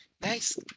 nice